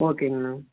ஓகேங்கண்ணா